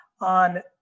on